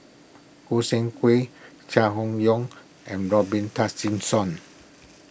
Gog Sing Hooi Chai Hon Yoong and Robin Tessensohn